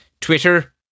Twitter